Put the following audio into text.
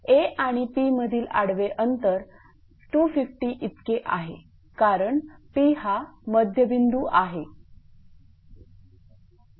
Aआणि P मधील आडवे अंतर 250 इतके आहेकारण P हा मध्यबिंदू आहे